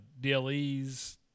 DLES